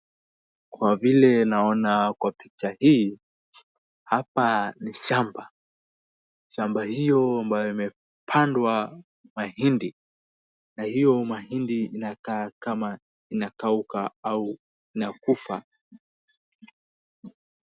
Kwavile naona kwa picha hii hapa ni shamba, shamba hiyo ambayo imepandwa mahindi na hiyo mahindi inakaa ni kama inakauka au inakufa.